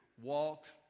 walked